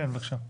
כן, בבקשה.